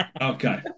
Okay